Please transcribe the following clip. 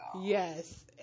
Yes